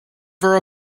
for